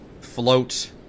float